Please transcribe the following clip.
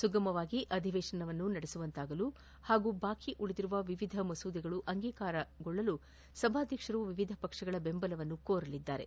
ಸುಗಮವಾಗಿ ಅಧಿವೇತನ ನಡೆಯಲು ಹಾಗೂ ಬಾಕಿ ಉಳಿದಿರುವ ವಿವಿಧ ಮಸೂದೆಗಳು ಅಂಗೀಕಾರವಾಗಲು ಸಭಾಧ್ವಕ್ಷರು ವಿವಿಧ ಪಕ್ಷಗಳ ಸಹಕಾರವನ್ನು ಕೋರಲಿದ್ದಾರೆ